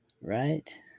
Right